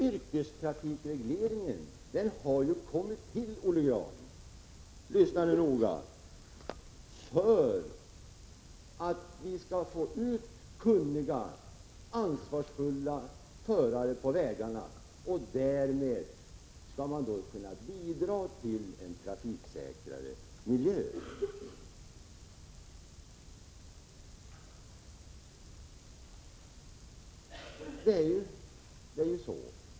Yrkestrafikregleringen har ju kommit till — lyssna nu noga, Olle Grahn — för att vi skall få ut kunniga, ansvarsfulla förare på vägarna och därmed bidra till en trafiksäkrare miljö.